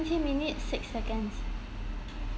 twenty minutes six seconds